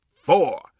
four